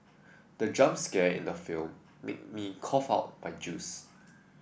the jump scare in the film made me cough out my juice